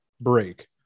break